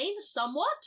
somewhat